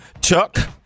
Chuck